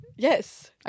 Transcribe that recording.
Yes